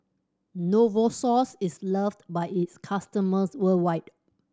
Novosource is loved by its customers worldwide